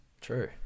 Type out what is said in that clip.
true